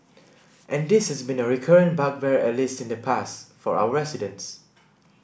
and this has been a recurrent bugbear at least in the past for our residents